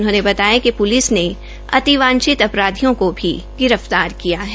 उन्होंने बताया कि पुलिस ने अतिवांछित अपराधियों को भी गिरफ्तार किया है